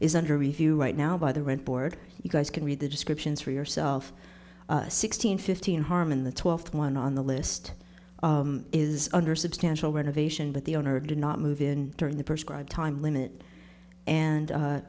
is under review right now by the rent board you guys can read the descriptions for yourself sixteen fifteen harm in the twelfth one on the list is under substantial renovation but the owner did not move in during the first prime time limit and